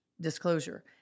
disclosure